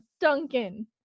Duncan